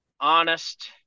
honest